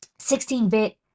16-bit